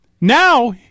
Now